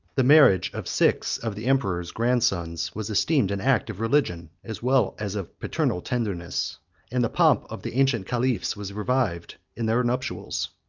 the marriage of six of the emperor's grandsons was esteemed an act of religion as well as of paternal tenderness and the pomp of the ancient caliphs was revived in their nuptials.